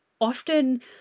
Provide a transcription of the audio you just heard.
often